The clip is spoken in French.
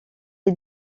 est